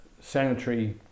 sanitary